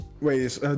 Wait